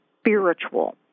spiritual